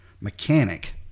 mechanic